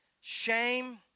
shame